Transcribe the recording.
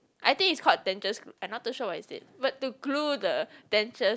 I think it's called dentures glue I not too sure what is it but to glue the dentures